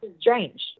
strange